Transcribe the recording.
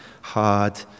hard